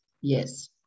yes